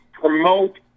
promote